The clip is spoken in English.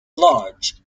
large